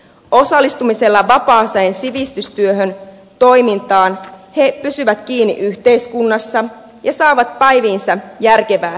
osallistumisella vapaaseen sivistystyötoimintaan he pysyvät kiinni yhteiskunnassa ja saavat päiviinsä järkevää tekemistä ja koulutusta